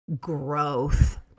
growth